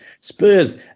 Spurs